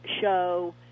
show